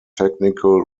technical